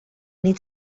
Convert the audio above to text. nit